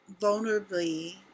vulnerably